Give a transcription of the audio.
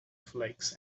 flakes